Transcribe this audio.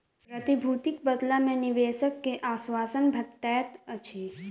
प्रतिभूतिक बदला मे निवेशक के आश्वासन भेटैत अछि